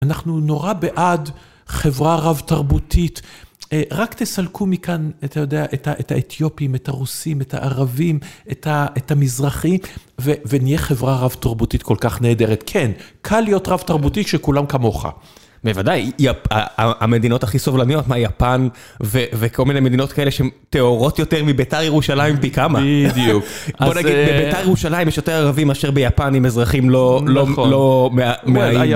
אנחנו נורא בעד חברה רב-תרבותית. רק תסלקו מכאן, אתה יודע, את האתיופים, את הרוסים, את הערבים, את המזרחים, ונהיה חברה רב-תרבותית כל כך נהדרת. כן, קל להיות רב-תרבותית כשכולם כמוך. בוודאי, המדינות הכי סובלניות, מה יפן, וכל מיני מדינות כאלה שהן טהורות יותר מביתר ירושלים פי כמה. בדיוק. בביתר ירושלים יש יותר ערבים אשר ביפן עם אזרחים לא מהאיים.